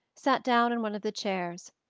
sat down in one of the chairs.